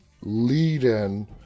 lead-in